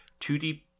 2D